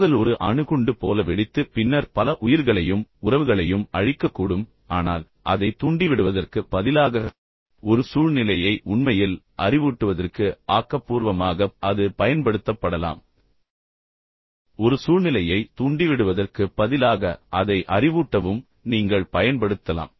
மோதல் ஒரு அணு குண்டு போல வெடித்து பின்னர் பல உயிர்களையும் உறவுகளையும் அழிக்கக்கூடும் ஆனால் அதை தூண்டிவிடுவதற்கு பதிலாக ஒரு சூழ்நிலையை உண்மையில் அறிவூட்டுவதற்கு ஆக்கப்பூர்வமாகப் அது அது பயன்படுத்தப்படலாம் ஒரு சூழ்நிலையை தூண்டிவிடுவதற்குப் பதிலாக அதை அறிவூட்டவும் நீங்கள் பயன்படுத்தலாம்